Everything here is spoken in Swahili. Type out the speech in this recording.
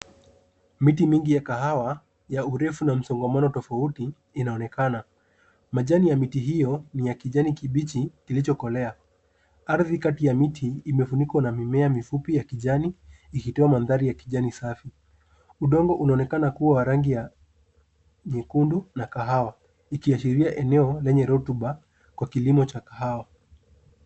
Miti mingi ya kahawa, ya urefu na msongamano tofauti, inaonekana. Majani ya miti hiyo, ni ya kijani kibichi kilichokolea. Ardhi kati ya miti imefunikwa na mimea mifupi ya kijani, ikitoa mandhari ya kijani safi. Udongo unaonekana kuwa wa rangi ya nyekundu na kahawa. Ikiashiria eneo lenye rotuba, kwa kilimo cha kahawa.